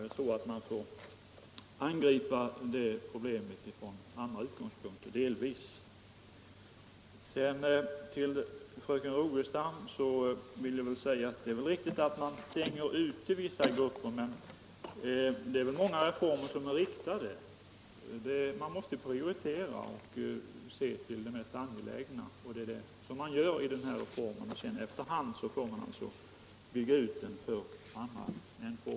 Jag tror att man delvis får angripa snedrekryteringen från andra utgångspunkter än de som anförts här. Till fröken Rogestam vill jag säga att det i och för sig är riktigt att vissa grupper stängs ute. Men det är väl många reformer som är riktade. Man måste ju prioritera och se till det mest angelägna. Det görs i den här reformen. Sedan får man efter hand bygga ut den för andra grupper.